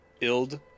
Ild